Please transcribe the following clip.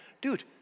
Dude